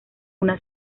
una